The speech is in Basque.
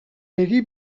begi